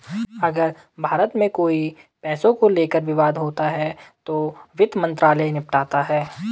अगर भारत में कोई पैसे को लेकर विवाद होता है तो वित्त मंत्रालय निपटाता है